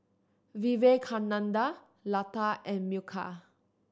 Vivekananda Lata and Milkha